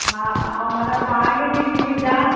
हा ऐं मन पाणीअ जी सुविधा